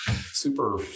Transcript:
super